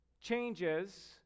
changes